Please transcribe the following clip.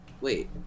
Wait